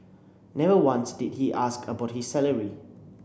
never once did he ask about his salary